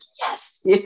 yes